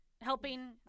helping